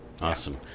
Awesome